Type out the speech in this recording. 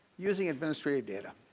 using administrative data.